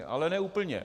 Ale ne úplně.